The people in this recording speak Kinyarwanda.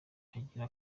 agirira